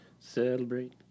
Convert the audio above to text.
celebrate